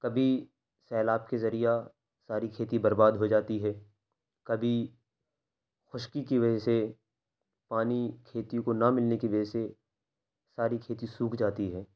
کبھی سیلاب کے ذریعہ ساری کھیتی برباد ہو جاتی ہے کبھی خشکی کی وجہ سے پانی کھیتی کو نہ ملنے کی وجہ سے ساری کھیتی سوکھ جاتی ہے